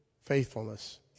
faithfulness